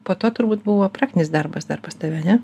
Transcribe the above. po to turbūt buvo praktinis darbas dar pas tave ane